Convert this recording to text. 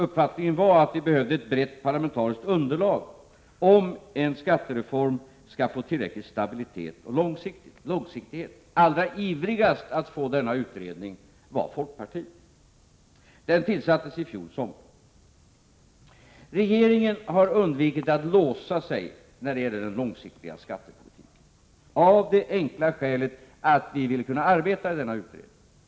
Uppfattningen var att vi behövde ett brett parlamentariskt underlag, om en skattereform skall få tillräcklig stabilitet och långsiktighet. Allra ivrigast att få denna utredning till stånd var folkpartiet. Utredningen tillsattes i fjol sommar. Regeringen har undvikit att låsa sig när det gäller den långsiktiga skattepolitiken, av det enkla skälet att vi vill kunna arbeta i denna utredning.